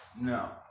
No